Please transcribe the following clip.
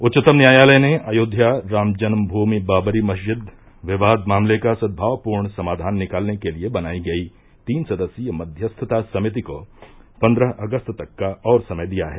उच्चतम न्यायालय ने अयोध्या राम जन्म भूमि बाबरी मस्जिद विवाद मामले का सदभावपूर्ण समाधान निकालने के लिए बनाई गई तीन सदस्यीय मध्यस्थता समिति को पन्द्रह अगस्त तक का और समय दिया है